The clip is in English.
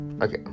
Okay